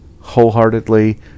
wholeheartedly